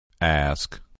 Ask